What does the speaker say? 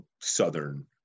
southern